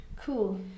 Cool